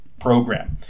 program